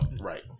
Right